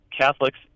Catholics